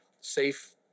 safe